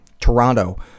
Toronto